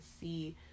see